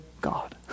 God